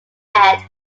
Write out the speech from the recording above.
head